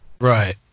Right